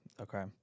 Okay